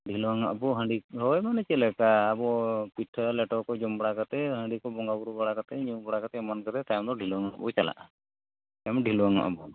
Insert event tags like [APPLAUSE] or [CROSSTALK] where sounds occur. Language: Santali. ᱰᱷᱤᱞᱣᱟᱹᱝᱟᱜᱵᱚ [UNINTELLIGIBLE] ᱦᱚᱭ ᱢᱟᱱᱮ ᱪᱮᱫᱞᱮᱠᱟ ᱟᱵᱚ ᱯᱤᱴᱷᱟᱹ ᱞᱮᱴᱚᱠᱚ ᱡᱚᱢ ᱵᱟᱲᱟ ᱠᱟᱛᱮᱫ ᱦᱟᱺᱰᱤᱠᱚ ᱵᱚᱸᱜᱟᱵᱩᱨᱩ ᱵᱟᱲᱟ ᱠᱟᱛᱮᱫ ᱧᱩ ᱵᱟᱲᱟ ᱠᱟᱛᱮᱫ ᱮᱢᱟᱱ ᱠᱟᱛᱮᱫ ᱛᱟᱭᱢᱛᱮᱫᱚ ᱰᱷᱤᱞᱣᱟᱹᱝᱚᱜᱵᱚ ᱪᱟᱞᱟᱜᱼᱟ ᱰᱷᱤᱞᱣᱟᱹᱝᱚᱜᱟᱵᱚ